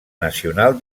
nacional